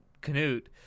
Canute